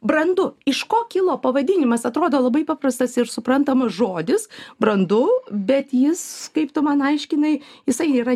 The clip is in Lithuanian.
brandu iš ko kilo pavadinimas atrodo labai paprastas ir suprantamas žodis brandu bet jis kaip tu man aiškinai jisai yra